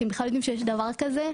אתם בכלל יודעים שיש דבר כזה?